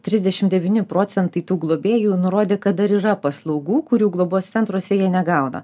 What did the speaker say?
trisdešim devyni procentai tų globėjų nurodė kad dar yra paslaugų kurių globos centruose jie negauna